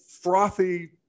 frothy